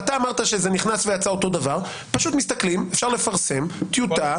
אתה אמרת שזה נכנס ויצא אותו דבר אבל אפשר לפרסם טיוטה,